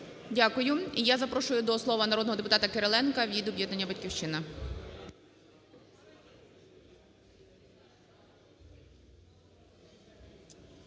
Дякую. І я запрошую до слова народного депутата Кириленка від об'єднання "Батьківщина".